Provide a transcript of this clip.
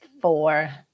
four